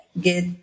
get